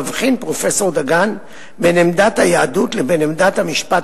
מבחין פרופסור דגן בין עמדת היהדות לבין עמדת המשפט